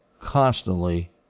constantly